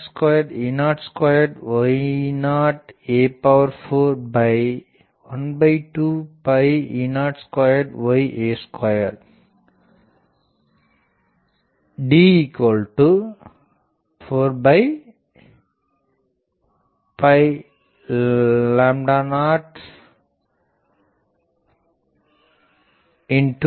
D18k02E02 y0a412E02 y0a2 D402 ஆகும்